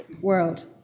world